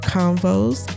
convos